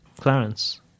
Clarence